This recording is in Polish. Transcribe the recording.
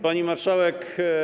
Pani Marszałek!